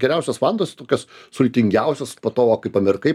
geriausios vantos tokios sultingiausios po to va kai pamirkai